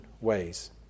ways